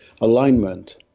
alignment